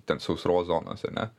ten sausros zonose ne